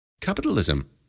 Capitalism